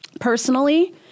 Personally